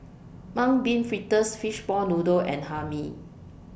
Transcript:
Mung Bean Fritters Fishball Noodle and Hae Mee